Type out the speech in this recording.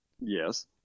Yes